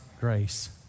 grace